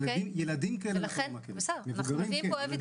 ילדים לא מכירים.